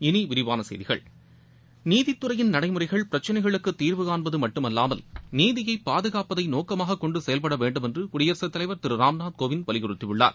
இனி விரிவான செய்திகள் நீதித்துறையின் நடைமுறைகள் பிரச்சனைகளுக்கு தீர்வு காண்பது மட்டுமல்லாமல் நீதியை பாதுகாப்பதை நோக்கமாகக் கொண்டு செயல்பட வேண்டும் என்று குடியரசுத் தலைவர் திரு ராம்நாத் கோவிந்த் வலியுறுத்தியுள்ளார்